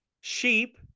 sheep